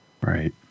Right